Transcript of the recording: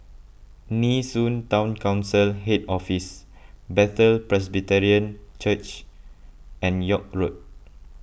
Nee Soon Town Council Head Office Bethel Presbyterian Church and York Road